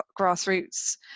grassroots